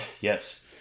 yes